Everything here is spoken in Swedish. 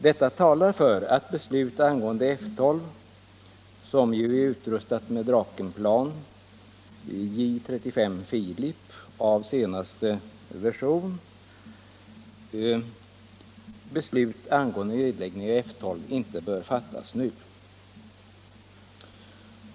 Detta talar för att beslut angående nedläggning av F 12, som ju är utrustad med Drakenplan J 35 F av senaste version, inte bör fattas nu.